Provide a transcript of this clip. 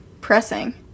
pressing